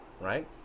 right